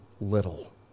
little